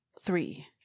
three